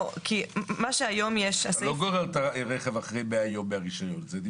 לא גוררים את הרכב אחרי 100 ימים מאז שאין רישיון.